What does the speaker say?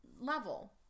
level